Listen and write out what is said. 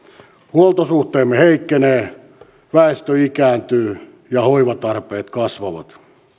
huoltosuhteemme heikkenee väestö ikääntyy ja hoivatarpeet kasvavat